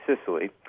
Sicily